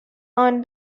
earned